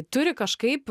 turi kažkaip